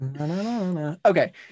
Okay